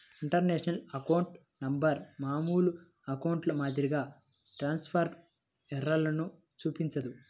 international account number మామూలు అకౌంట్ల మాదిరిగా ట్రాన్స్క్రిప్షన్ ఎర్రర్లను చూపించదు